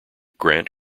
grant